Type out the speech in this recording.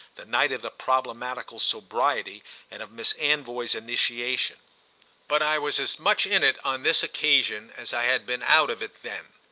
the night of the problematical sobriety and of miss anvoy's initiation but i was as much in it on this occasion as i had been out of it then.